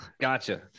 gotcha